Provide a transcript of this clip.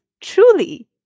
truly